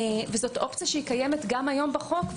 זו אופציה שקיימת גם כיום בחוק.